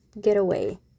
getaway